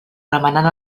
remenant